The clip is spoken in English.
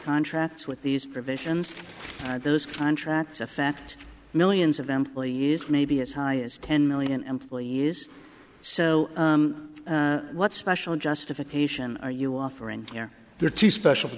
contracts with these provisions those contracts affect millions of employees maybe as high as ten million employees so what special justification are you offering there there are two special